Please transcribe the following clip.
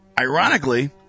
ironically